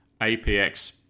APX